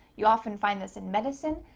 you often find this in medicine,